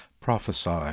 prophesy